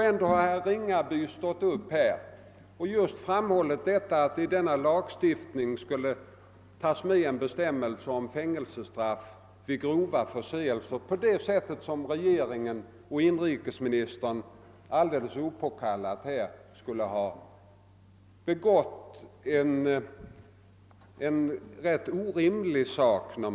Ändå har herr Ringaby stått upp här och hävdat att om denna lagstiftning skulle tas med en bestämmelse om fängelsestraff vid grova förseelser så har regeringen och inrikesministern helt opåkallat begått en rätt orimlig handling.